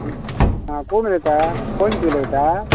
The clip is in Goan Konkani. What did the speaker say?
आं कोण उलयता पंच उलयता